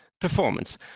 performance